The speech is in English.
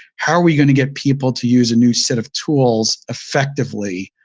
how are we going to get people to use a new set of tools effectively